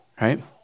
Right